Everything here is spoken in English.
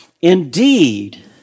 Indeed